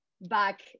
back